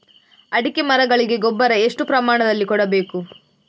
ಅಡಿಕೆ ಮರಗಳಿಗೆ ಗೊಬ್ಬರ ಎಷ್ಟು ಪ್ರಮಾಣದಲ್ಲಿ ಕೊಡಬೇಕು?